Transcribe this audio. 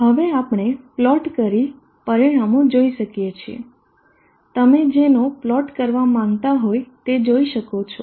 હવે આપણે પ્લોટ કરી પરિણામો જોઇ શકીએ છીએ તમે જેનો પ્લોટ કરવા માંગતા હોય તે જોઈ શકો છો